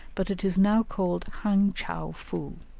but it is now called hang-chow-foo.